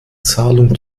zahlung